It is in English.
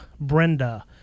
Brenda